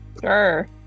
Sure